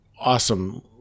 awesome